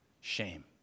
Shame